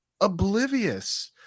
oblivious